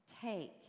take